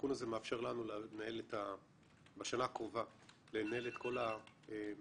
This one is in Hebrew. התיקון הזה מאפשר לנו בשנה הקרובה לנהל את כל העברת